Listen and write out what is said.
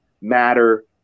matter